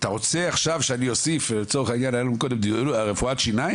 אתה רוצה עכשיו שאני אוסיף על רפואת שיניים?